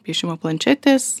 piešimo planšetės